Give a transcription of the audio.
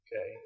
Okay